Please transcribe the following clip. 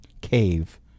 cave